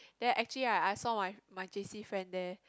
then actually I I saw my my j_c friend there